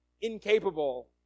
incapable